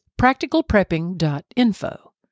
practicalprepping.info